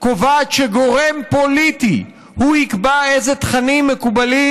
קובעת שגורם פוליטי הוא שיקבע איזה תכנים מקובלים